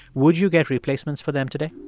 would you get replacements for them today?